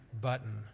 button